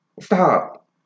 Stop